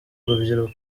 urubyiruko